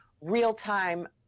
real-time